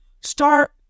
start